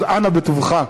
אז אנא בטובך.